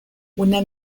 una